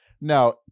Now